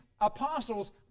apostles